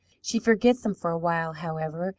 she forgets them for a while, however,